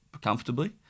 comfortably